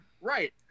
right